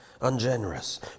ungenerous